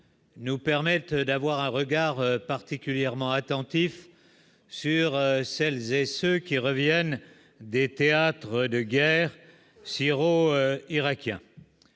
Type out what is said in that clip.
nous permettent d'avoir un regard particulièrement attentif sur celles et ceux qui reviennent des théâtres de guerre syro-irakien